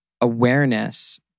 awareness